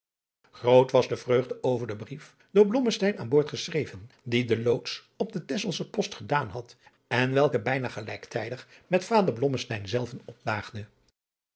groot was de vreugde over den brief door blommesteyn aan boord geschreven dien de loots op de texelsche post gedaan had en welke bijna gelijktijdig met vader blommesteyn zelven